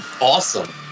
awesome